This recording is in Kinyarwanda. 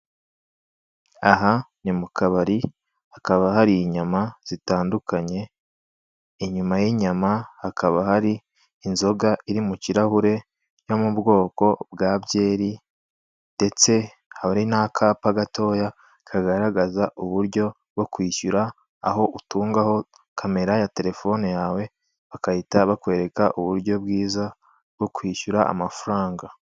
Aha ni mu kabari, hakaba hari inyama zitandukanye, inyuma y'inyama hakaba hari inzoga iri mu kirahuri yo mu bwoko bwa byeri ndetse hari n'akapa gatoya kagaragaza uburyo bwo kwishyura, aho utungaho kamera ya telefoni yawe, bagahita bakwereka uburyo bwiza bwo kwishyura amafaranga.